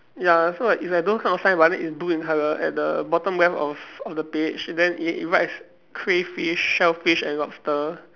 ya so like it's like those kind of sign but then it's blue in colour at the bottom left of of the page then it it writes crayfish shellfish and lobster